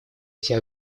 эти